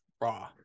raw